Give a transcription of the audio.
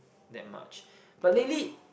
that much but lately